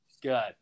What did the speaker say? Good